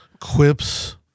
quips